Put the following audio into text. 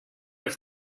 have